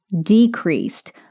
Decreased